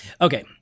Okay